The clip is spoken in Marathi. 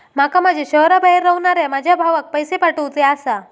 माका माझ्या शहराबाहेर रव्हनाऱ्या माझ्या भावाक पैसे पाठवुचे आसा